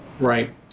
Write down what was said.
Right